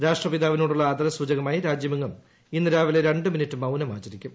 രാഷ്ട്രപിതാവിനോടുള്ള ആദരസൂചകമായി രാജ്യമെങ്ങും ഇന്ന് രാവിലെ രണ്ട് മിനിറ്റ് മൌനം ആചരിക്കും